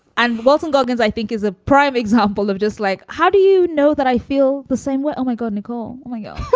and walton goggins, i think, is a prime example of just like, how do you know that? i feel the same way oh, my god, nicole, we're yeah gonna